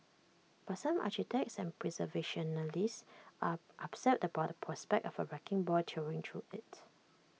but some architects and preservationists are upset about the prospect of A wrecking ball tearing through IT